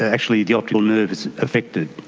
actually the optical nerve is affected.